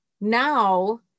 now